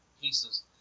pieces